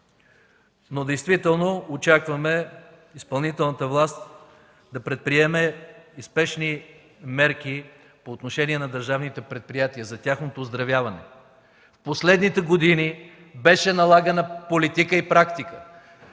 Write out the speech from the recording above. Действително очакваме изпълнителната власт да предприеме и спешни мерки по отношение на държавните предприятия, за тяхното оздравяване. В последните години беше налагана политика и практика